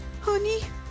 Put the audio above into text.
Honey